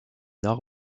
nord